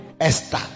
Esther